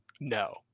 no